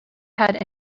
had